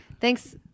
Thanks